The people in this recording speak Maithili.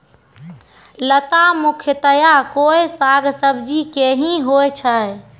लता मुख्यतया कोय साग सब्जी के हीं होय छै